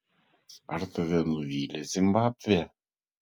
ar tave nuvylė zimbabvė